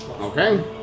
Okay